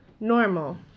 Normal